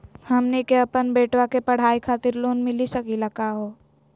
हमनी के अपन बेटवा के पढाई खातीर लोन मिली सकली का हो?